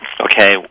okay